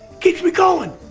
keeps me going.